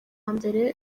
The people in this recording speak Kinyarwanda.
mbere